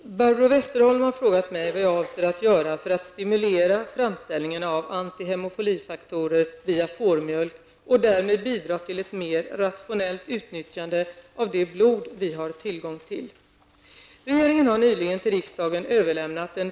Herr talman! Barbro Westerholm har frågat mig vad jag avser att göra för att stimulera framställningen av antihemofilifaktorer via fårmjölk och därmed bidra till ett mer rationellt utnyttjande av det blod vi har tillgång till.